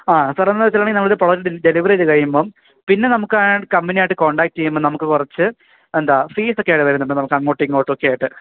ആ സാര് എന്നുവച്ചിട്ടുണ്ടെങ്കി നമ്മൾ പ്രൊഡക്റ്റ് ഡെലിവറി ചെയ്തുകഴിയുമ്പോള് പിന്നെ നമുക്ക് കമ്പനിയായിട്ട് കോൺടാക് ചെയ്യുമ്പോള് നമുക്ക് കുറച്ച് എന്താണ് ഫീസൊക്കെ വരുന്നുണ്ട് നമുക്ക് അങ്ങോട്ടും ഇങ്ങോട്ടുമൊക്കെയായിട്ട്